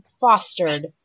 fostered